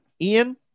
Ian